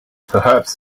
perhaps